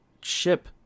ship